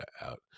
out